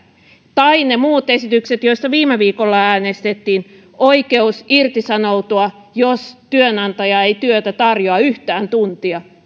tai millä tavalla ne muut esitykset joista viime viikolla äänestettiin oikeus irtisanoutua jos työantaja ei työtä tarjoa yhtään tuntia